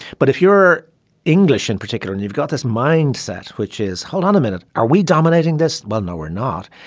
but if you're english in particular and you've got this mindset which is hold on a minute are we dominating this. well no we're not.